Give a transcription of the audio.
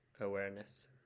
awareness